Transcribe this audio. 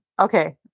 Okay